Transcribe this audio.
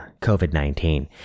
COVID-19